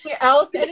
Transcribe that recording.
else